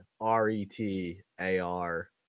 r-e-t-a-r